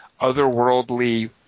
otherworldly –